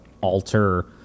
alter